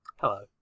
Hello